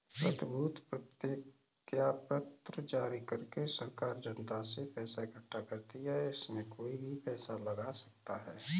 प्रतिभूति प्रतिज्ञापत्र जारी करके सरकार जनता से पैसा इकठ्ठा करती है, इसमें कोई भी पैसा लगा सकता है